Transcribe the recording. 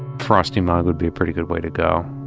frosty mug would be a pretty good way to go.